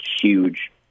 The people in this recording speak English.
huge